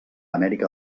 amèrica